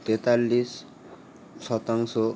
তেতাল্লিশ শতাংশ